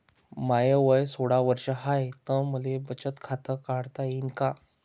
माय वय सोळा वर्ष हाय त मले बचत खात काढता येईन का?